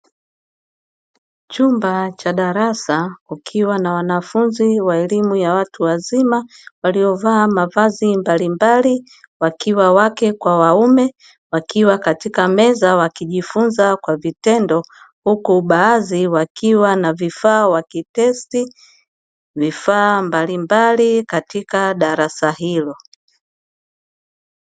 Chumba cha darasa kukiwa na wanafunzi wa elimu ya watu wazima, waliovaa mavazi mbalimbali wakiwa wake kwa waume, wakiwa katika meza wakijifunza kwa vitendo huku baadhi wakiwa na vifaa wakitesti vifaa mbalimbali katika darasa hilo.